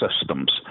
systems